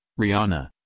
Rihanna